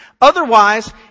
Otherwise